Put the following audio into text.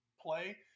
play